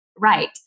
right